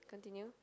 continue